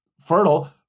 fertile